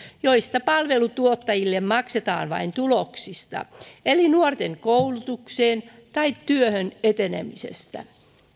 joista palveluntuottajille maksetaan vain tuloksista eli nuorten koulutukseen tai työhön etenemisestä